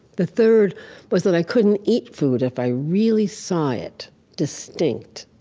the third was that i couldn't eat food if i really saw it distinct,